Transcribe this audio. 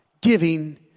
giving